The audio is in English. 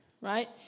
right